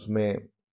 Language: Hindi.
उसमें